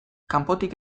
kanpotik